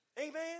Amen